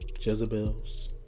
Jezebels